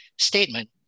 statement